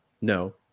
No